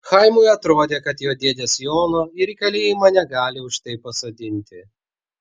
chaimui atrodė kad jo dėdės jono ir į kalėjimą negali už tai pasodinti